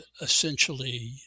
essentially